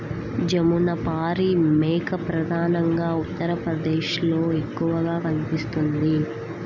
జమునపారి మేక ప్రధానంగా ఉత్తరప్రదేశ్లో ఎక్కువగా కనిపిస్తుంది